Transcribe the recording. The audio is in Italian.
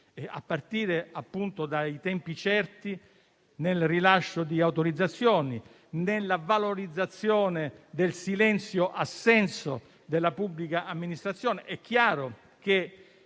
a partire appunto dai tempi certi nel rilascio di autorizzazioni e nella valorizzazione del silenzio-assenso della pubblica amministrazione. È chiaro che